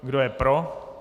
Kdo je pro?